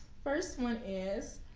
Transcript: first one is,